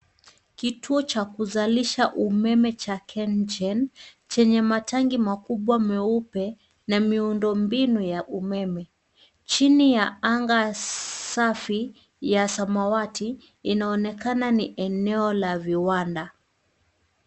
Kituo cha kuzalisha umeme cha KEN GEN, chenye matangi makubwa meupe na miundo mbinu ya umeme chini ya anga safi ya samawati inaonekana ni eneo la viwanda.